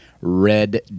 red